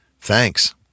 Thanks